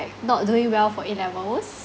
not doing well for A levels